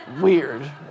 weird